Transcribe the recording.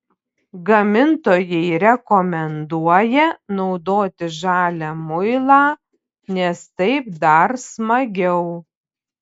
gamintojai rekomenduoja naudoti žalią muilą nes taip dar smagiau